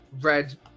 red